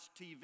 tv